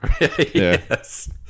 Yes